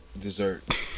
dessert